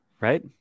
Right